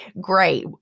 great